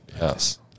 Yes